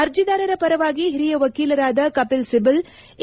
ಅರ್ಜಿದಾರರ ಪರವಾಗಿ ಓರಿಯ ವಕೀಲರಾದ ಕಪಿಲ್ ಸಿಬಲ್ ಎ